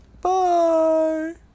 bye